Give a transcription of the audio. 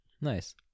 Nice